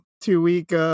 two-week